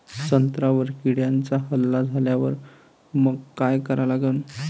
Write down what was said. संत्र्यावर किड्यांचा हल्ला झाल्यावर मंग काय करा लागन?